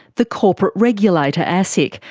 the corporate regulator asic,